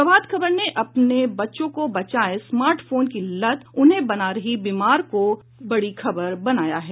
प्रभात खबर ने अपने बच्चो को बचाइए स्मार्टफोन की लत उन्हें बना रही बीमार को बड़ी खबर बनाया है